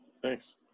Thanks